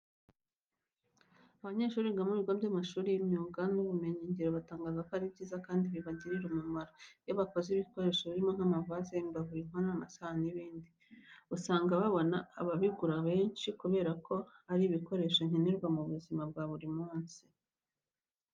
Abanyeshuri biga mu bigo by'amashuri y'imyuga n'ubumenyingiro batangaza ko ari byiza kandi bibagirira n'umumaro. Iyo bakoze ibikoresho birimo nk'amavaze, imbabura, inkono, amasahani n'ibindi usanga babona ababigura benshi kubera ko ari ibikoresho nkenerwa mu buzima bwa buri munsi.